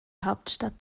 hauptstadt